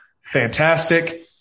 fantastic